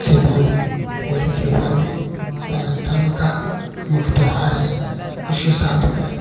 दीपावली होली दीपावली हमारे धर्म का मुख त्यौहार है उसके साथ में